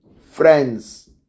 friends